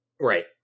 Right